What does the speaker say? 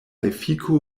efiko